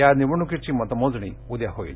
या निवडणुकीची मतमोजणी उद्या होईल